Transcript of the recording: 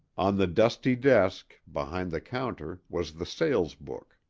on the dusty desk, behind the counter, was the sales-book.